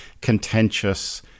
contentious